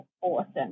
awesome